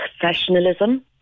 professionalism